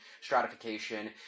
stratification